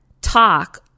talk